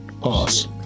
pause